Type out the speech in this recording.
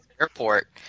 airport